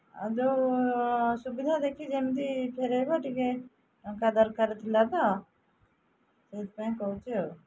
ଆଉ ଯେଉଁ ସୁବିଧା ଦେଖି ଯେମିତି ଫେରାଇବ ଟିକିଏ ଟଙ୍କା ଦରକାର ଥିଲା ତ ସେଇଥିପାଇଁ କହୁଛି ଆଉ